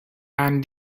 and